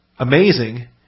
Amazing